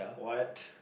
what